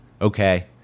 Okay